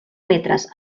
metres